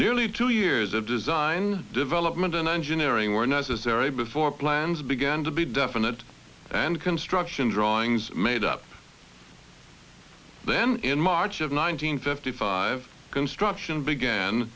nearly two years of design development and engineering were necessary before plans began to be definite and construction drawings made up then in march of nineteen fifty five construction began